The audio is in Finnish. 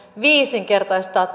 viisinkertaistaa